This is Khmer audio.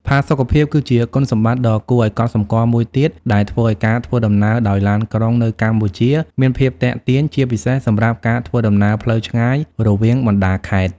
ផាសុកភាព គឺជាគុណសម្បត្តិដ៏គួរឲ្យកត់សម្គាល់មួយទៀតដែលធ្វើឱ្យការធ្វើដំណើរដោយឡានក្រុងនៅកម្ពុជាមានភាពទាក់ទាញ ជាពិសេសសម្រាប់ការធ្វើដំណើរផ្លូវឆ្ងាយរវាងបណ្ដាខេត្ត។